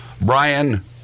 Brian